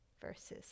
versus